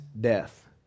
death